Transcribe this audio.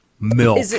Milk